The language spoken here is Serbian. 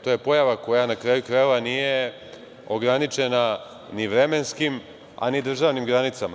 To je pojava koja, na kraju krajeva, nije ograničena ni vremenskim, a niti državnim granicama.